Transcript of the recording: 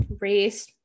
race